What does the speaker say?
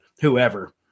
whoever